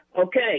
Okay